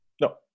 no